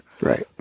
Right